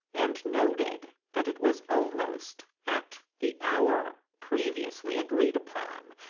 and noted that it was almost at the hour, previously agreed upon,